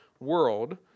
world